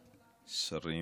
שרים,